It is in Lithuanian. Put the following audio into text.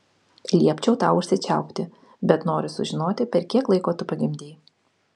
liepčiau tau užsičiaupti bet noriu sužinoti per kiek laiko tu pagimdei